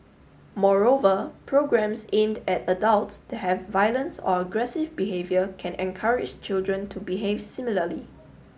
moreover programmes aimed at adults that have violence or aggressive behaviour can encourage children to behave similarly